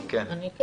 (10), כן.